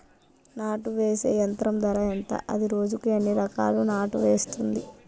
నాటు వేసే యంత్రం ధర ఎంత? అది రోజుకు ఎన్ని ఎకరాలు నాటు వేస్తుంది?